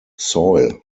soil